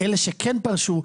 אלה שכן פרשו,